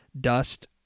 dust